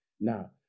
Now